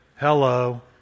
hello